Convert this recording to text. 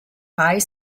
high